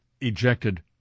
ejected